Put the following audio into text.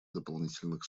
дополнительных